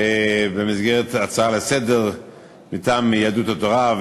במסגרת ההצעה לסדר-היום מטעם יהדות התורה,